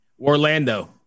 orlando